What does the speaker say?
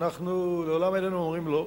אנחנו לעולם איננו אומרים לא.